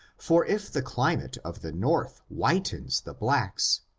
for if the climate of the north whitens the blacks,